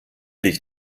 dich